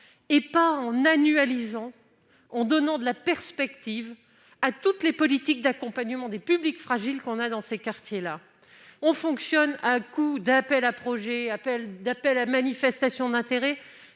dépasser l'annualité budgétaire et donner des perspectives à toutes les politiques d'accompagnement des publics fragiles dans les quartiers. On fonctionne à coups d'appels à projets et d'appels à manifestation d'intérêt,